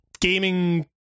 gaming